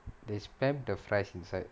they spam the fries inside